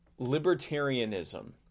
libertarianism